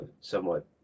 somewhat